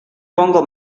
pongo